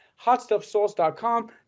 hotstuffsauce.com